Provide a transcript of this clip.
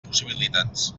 possibilitats